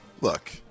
look